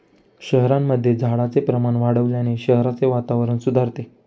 शहरांमध्ये झाडांचे प्रमाण वाढवल्याने शहराचे वातावरण सुधारते